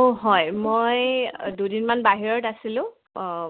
অঁ হয় মই দুদিনমান বাহিৰত আছিলোঁ অঁ